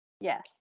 Yes